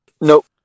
Nope